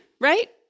right